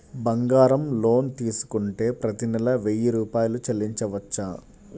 బంగారం లోన్ తీసుకుంటే ప్రతి నెల వెయ్యి రూపాయలు చెల్లించవచ్చా?